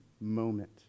moment